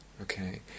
Okay